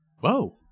Whoa